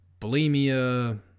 bulimia